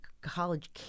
college